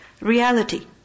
reality